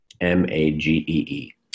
M-A-G-E-E